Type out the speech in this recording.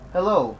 Hello